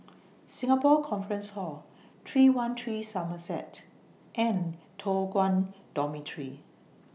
Singapore Conference Hall three one three Somerset and Toh Guan Dormitory